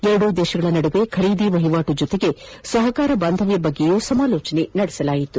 ಎರಡೂ ದೇಶಗಳ ನಡುವೆ ಖರೀದಿ ಮಿವಾಟು ಜೊತೆಗೆ ಸಹಕಾರ ಬಾಂಧವ್ದ ಬಗ್ಗೆಯೂ ಸಮಾಲೋಚನೆ ನಡೆಸಲಾಯಿತು